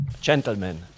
Gentlemen